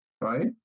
Right